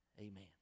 Amen